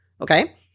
Okay